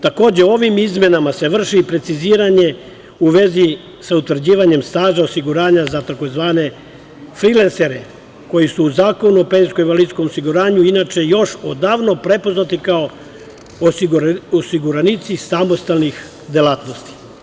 Takođe, ovim izmenama se vrši i preciziranje u vezi sa utvrđivanjem staža osiguranja za tzv. frilensere, koji su u Zakonu o penzijskom i invalidskom osiguranju inače još odavno prepoznati kao osiguranici samostalnih delatnosti.